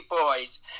boys